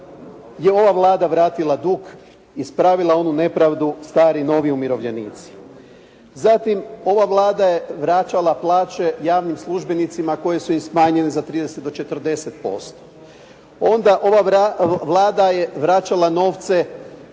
je ova Vlada vratila dug, ispravila onu nepravdu stari novi umirovljenici. Zatim ova Vlada je vraćala plaće javnim službenicima koje su im smanjene za 30 do 40%. Onda ova Vlada je vraćala novce